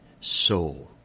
soul